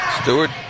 Stewart